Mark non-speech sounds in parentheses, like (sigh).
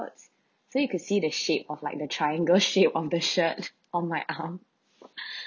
words so you could see the shape of like the triangle shape of the shirt (laughs) on my arm (laughs) (breath)